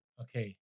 Okay